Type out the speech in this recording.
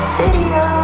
video